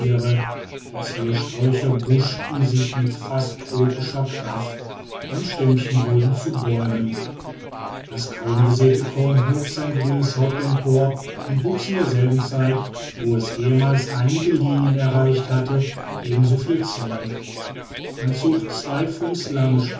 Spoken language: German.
die ziersträucher buschten sich mit fast tropischer kraft und stämmchen wurden zu bäumen das kaum gesäete korn hob sein kleines grünes haupt empor und wuchs in derselben zeit wo es ehemals einige linien erreicht hatte ebenso viele zoll man zog zwei fuß lange